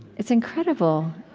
it's incredible.